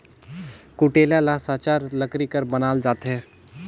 कुटेला ल साचर लकरी कर बनाल जाथे